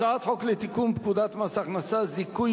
הצעת חוק לתיקון פקודת מס הכנסה (זיכוי